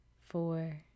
four